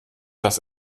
dass